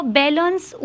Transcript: balance